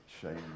shame